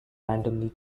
randomly